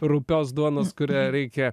rupios duonos kurią reikia